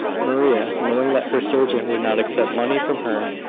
maria, knowing that her surgeon would not accept money from her,